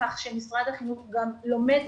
אתייחס לדברים שנאמרו.